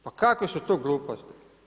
Pa kakve su to gluposti.